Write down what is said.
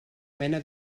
mena